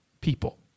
people